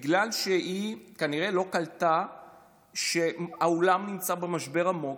בגלל שהיא כנראה לא קלטה שהעולם נמצא במשבר עמוק,